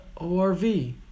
ORV